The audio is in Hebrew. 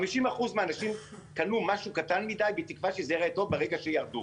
50% מהנשים קנו משהו קטן מדי בתקווה שזה ייראה טוב ברגע שהן ירדו,